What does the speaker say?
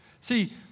See